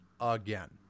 again